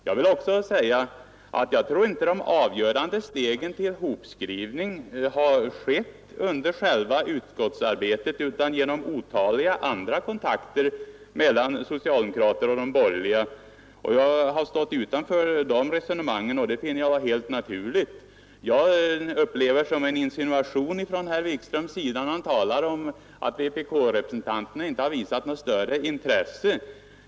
Jag vill också säga, att jag tror inte att de avgörande stegen till en hopskrivning har skett under själva utskottsarbetet utan genom otaliga andra kontakter mellan socialdemokrater och de borgerliga. Jag har stått utanför dessa resonemang, och det finner jag vara helt naturligt. Jag upplever det som en insinuation från herr Wikströms sida när han talar om att vpk-representanterna inte visat något större intresse.